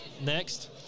next